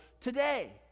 today